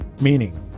meaning